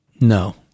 No